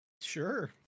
Sure